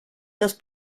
los